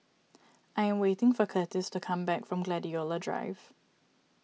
I am waiting for Curtis to come back from Gladiola Drive